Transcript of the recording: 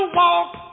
walk